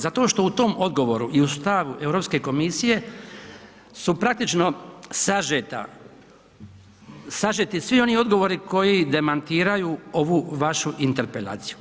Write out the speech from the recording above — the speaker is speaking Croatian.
Zato što u tom odgovoru i u uz te Europske komisije su praktično sažeti svi oni odgovori koji demantiraju ovu vašu interpelaciju.